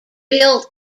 built